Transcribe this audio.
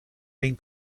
been